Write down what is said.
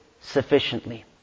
sufficiently